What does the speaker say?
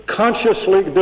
consciously